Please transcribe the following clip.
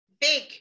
big